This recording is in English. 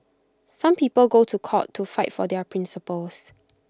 some people go to court to fight for their principles